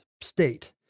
state